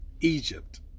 Egypt